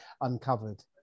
uncovered